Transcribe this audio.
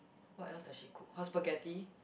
what else does she cook her spaghetti